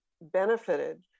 benefited